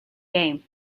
game